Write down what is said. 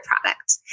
product